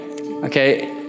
Okay